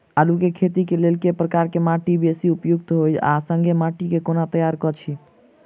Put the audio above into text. आलु केँ खेती केँ लेल केँ प्रकार केँ माटि बेसी उपयुक्त होइत आ संगे माटि केँ कोना तैयार करऽ छी?